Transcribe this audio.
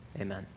Amen